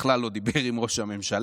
בכלל לא דיבר עם ראש הממשלה.